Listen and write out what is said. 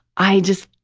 i just,